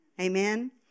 Amen